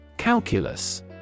Calculus